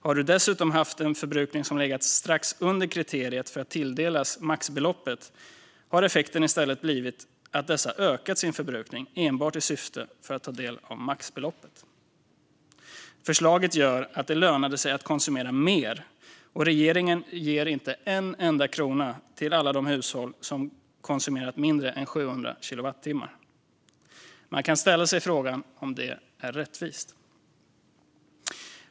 För dem som dessutom haft en förbrukning som legat strax under kriteriet för att tilldelas maxbeloppet har effekten i stället blivit att dessa ökat sin förbrukning enbart i syfte att få ta del av maxbeloppet. Förslaget gjorde att det lönade sig att konsumera mer, och regeringen ger inte en enda krona till alla de hushåll som konsumerat mindre än 700 kilowattimmar per månad. Man kan ställa sig frågan om det är rättvist.